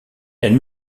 elle